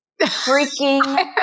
freaking